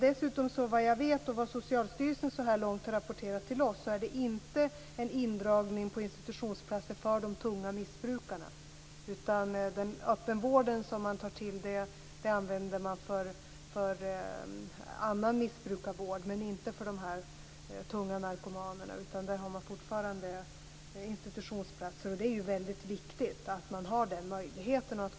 Enligt Socialstyrelsens rapporter har det hittills inte gjorts någon indragning av institutionsplatser för de tunga missbrukarna. Den öppenvård man tar till använder man för annan missbrukarvård, men inte för de tunga narkomanerna. De får fortfarande institutionsplatser. Det är väldigt viktigt att den möjligheten finns.